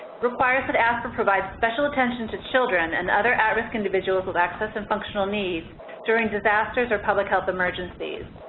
requires that aspr provide special attention to children and other at-risk individuals with access and functional needs during disasters or public health emergencies.